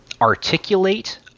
articulate